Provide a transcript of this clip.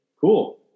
Cool